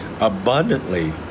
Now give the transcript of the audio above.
abundantly